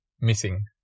missing